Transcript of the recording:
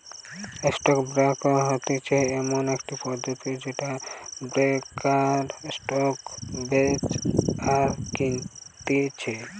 stock brokerage হতিছে এমন একটা পদ্ধতি যেটাতে ব্রোকাররা স্টক বেচে আর কিনতেছে